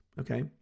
okay